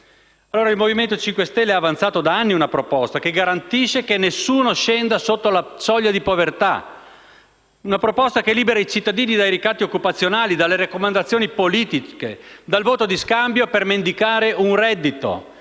Il Movimento 5 Stelle ha avanzato da anni una proposta che garantisce che nessuno scenda sotto la soglia di povertà, che libera i cittadini dai ricatti occupazionali, dalle raccomandazioni politiche, dal voto di scambio per mendicare un reddito,